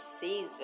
season